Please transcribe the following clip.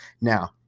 Now